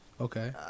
Okay